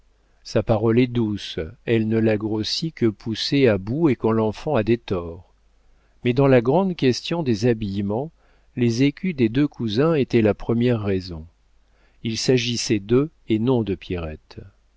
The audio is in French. sa parole est douce elle ne la grossit que poussée à bout et quand l'enfant a des torts mais dans la grande question des habillements les écus des deux cousins étaient la première raison il s'agissait d'eux et non de pierrette